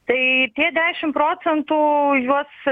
tai tie dešimt procentų juos